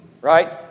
right